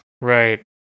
Right